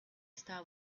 star